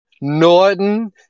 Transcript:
Norton